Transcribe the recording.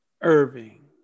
Irving